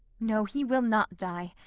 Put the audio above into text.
no, he will not die,